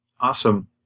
Awesome